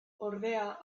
ordea